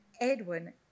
Edwin